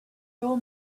your